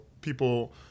people